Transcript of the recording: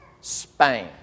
Spain